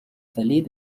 vallée